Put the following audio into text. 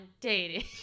dating